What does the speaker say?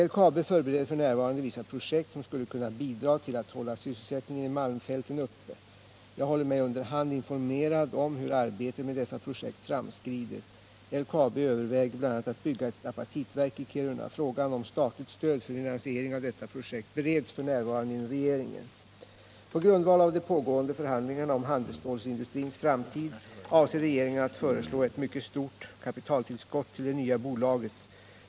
LKAB förbereder f. n. vissa projekt som skulle kunna bidra till att hålla sysselsättningen i malmfälten uppe. Jag håller mig under hand informerad om hur arbetet med dessa projekt framskrider. LKAB överväger bl.a. att bygga ett apatitverk i Kiruna. Frågan om statligt stöd för finansiering av detta projekt bereds f. n. inom regeringen. På grundval av de pågående förhandlingarna om handelsstålsindustrins framtid avser regeringen att föreslå ett mycket stort kapitaltillskott till det nya bolaget.